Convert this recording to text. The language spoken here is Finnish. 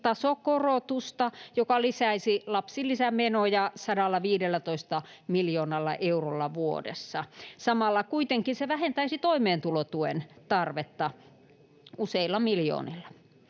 tasokorotusta, joka lisäisi lapsilisämenoja 115 miljoonalla eurolla vuodessa. Samalla se kuitenkin vähentäisi toimeentulotuen tarvetta useilla miljoonilla.